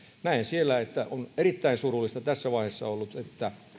näen että on erittäin surullista tässä vaiheessa ollut että